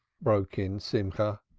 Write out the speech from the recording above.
broke in simcha,